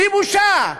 בלי בושה.